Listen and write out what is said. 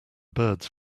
birds